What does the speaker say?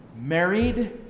married